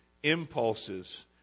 impulses